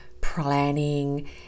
planning